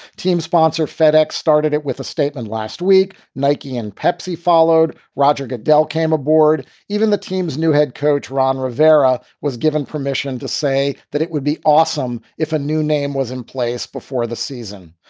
team's sponsor fedex started it with a statement last week. nike and pepsi followed. roger goodell came aboard. even the team's new head coach, ron rivera, was given permission to say that it would be awesome if a new name was in place before the season.